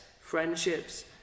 Friendships